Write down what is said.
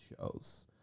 shows